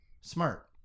Smart